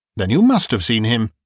then you must have seen him.